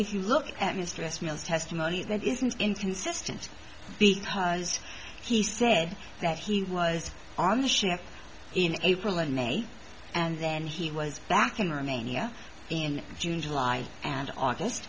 if you look at mistress mills testimony that isn't inconsistent because he said that he was on the ship in april and may and then he was back in romania in june july and august